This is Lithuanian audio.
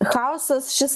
chaosas šis